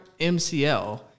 MCL